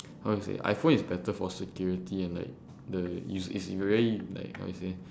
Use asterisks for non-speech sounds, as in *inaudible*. *noise* how to say iphone is better for security and like the use is if you really like how you say *breath*